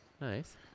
Nice